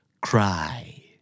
Cry